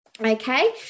Okay